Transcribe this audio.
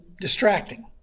distracting